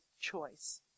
choice